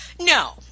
No